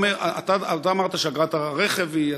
אתה אמרת שאגרת הרכב היא,